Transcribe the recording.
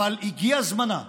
אבל הגיע זמנה.